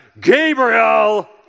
Gabriel